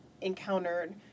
encountered